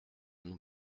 nous